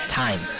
time